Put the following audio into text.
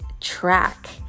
track